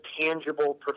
tangible